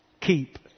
keep